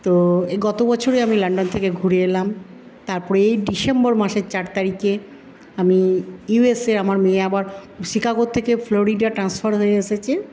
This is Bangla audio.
তো এই গতবছরে আমি লন্ডন থেকে ঘুরে এলাম তারপরেই এই ডিসেম্বর মাসের চার তারিখে আমি ইউ এস এ আমার মেয়ে আবার শিকাগো থেকে ফ্লোরিডা ট্রান্সফার হয়ে এসেছে